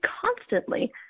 constantly